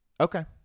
Okay